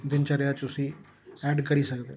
दिनचर्या च उसी ऐड करी सकदे